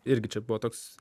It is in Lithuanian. irgi čia buvo toks